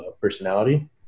personality